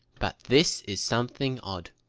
but this is something odd.